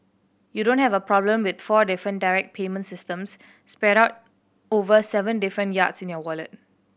you don't have a problem with four different direct payment systems spread out over seven different yards in your wallet